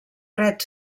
ret